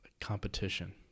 competition